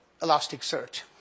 Elasticsearch